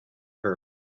heard